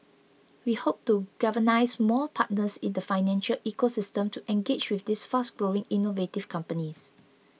we hope to galvanise more partners in the financial ecosystem to engage with these fast growing innovative companies